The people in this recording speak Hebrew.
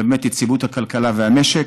באמת ליציבות הכלכלה והמשק,